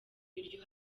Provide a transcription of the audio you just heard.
iryo